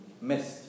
missed